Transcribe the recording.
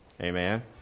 Amen